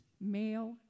male